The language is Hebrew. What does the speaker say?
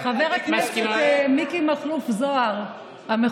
הדיגיטל שלהם.